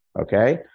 Okay